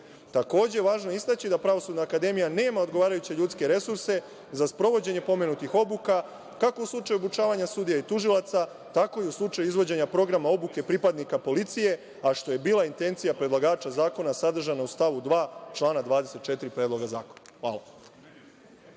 je važno istaći da Pravosudna akademija nema odgovarajuće ljudske resurse za sprovođenje pomenutih obuka, kako u slučaju obučavanja sudija i tužilaca, tako i u slučaju izvođenja programa obuke pripadnika policije, a što je bila intencija predlagača zakona sadržana u stavu 2. člana 24. Predloga zakona. Hvala.